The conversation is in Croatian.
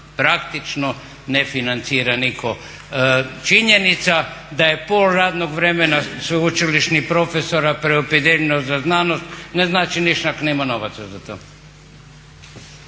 praktično ne financira nitko. Činjenica da je pola radnog vremena sveučilišnih profesora preopredijeljeno za znanost ne znači ništa ako nema novaca za to.